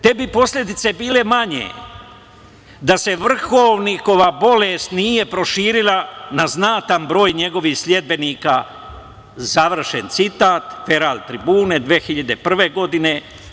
Te bi posledice bile manje da se vrhovnikova bolest nije proširila na znatan broj njegovih sledbenika, završen citat, „Feral tribune“ 2001. godine.